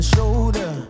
shoulder